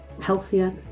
healthier